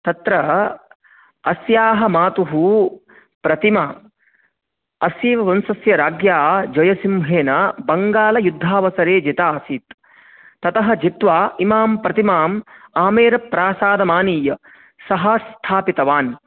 तत्र अस्याः मातुः प्रतिमा अस्यैव वंशस्य राज्ञा जयसिंहेन बङ्गालयुद्धावसरे जिता आसीत् ततः जित्वा इमां प्रतिमाम् आमेरप्रासादमानीय सः स्थापितवान्